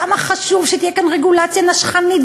כמה חשוב שתהיה כאן רגולציה נשכנית,